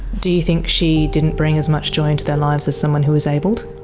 do you think she didn't bring as much joy into their lives as someone who is abled?